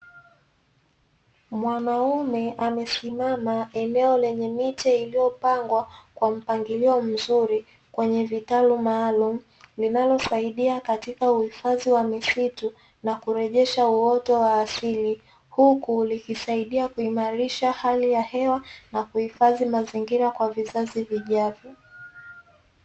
Mwanaume amesimama eneo lenye miche iliyopangwa kwa mpangilio mzuri, kwenye vitalu maalumu, linalosaidia katika uhifadhi wa misitu na kurejesha uoto wa asili. Huku likisaidia kuimarisha hali ya hewa, na kuhifadhi mazingira kwa vizazi vijavyo.